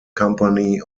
company